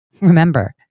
remember